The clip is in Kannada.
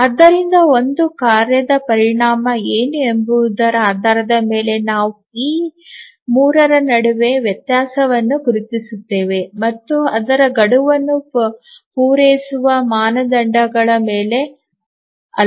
ಆದ್ದರಿಂದ ಒಂದು ಕಾರ್ಯದ ಪರಿಣಾಮ ಏನು ಎಂಬುದರ ಆಧಾರದ ಮೇಲೆ ನಾವು ಈ ಮೂರರ ನಡುವೆ ವ್ಯತ್ಯಾಸವನ್ನು ಗುರುತಿಸುತ್ತೇವೆ ಮತ್ತು ಅದರ ಗಡುವನ್ನು ಪೂರೈಸುವ ಮಾನದಂಡಗಳ ಮೇಲೆ ಅಲ್ಲ